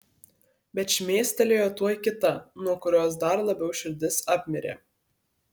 bet šmėstelėjo tuoj kita nuo kurios dar labiau širdis apmirė